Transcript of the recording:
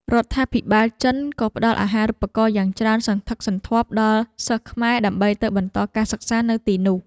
រដ្ឋាភិបាលចិនក៏ផ្តល់អាហារូបករណ៍យ៉ាងច្រើនសន្ធឹកសន្ធាប់ដល់សិស្សខ្មែរដើម្បីទៅបន្តការសិក្សានៅទីនោះ។